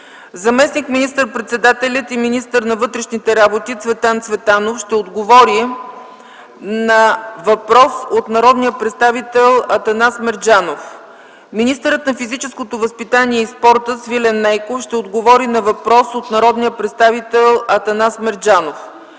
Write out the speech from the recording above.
Заместник министър-председателят и министър на вътрешните работи Цветан Цветанов ще отговори на въпрос от народния представител Атанас Мерджанов. Министърът на физическото възпитание и спорта Свилен Нейков ще отговори на въпрос от народния представител Атанас Мерджанов.